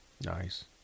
Nice